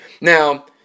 now